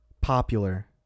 popular